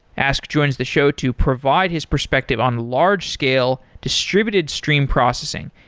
ask joins the show to provide his perspective on large scale distributed stream processing.